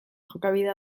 jokabidea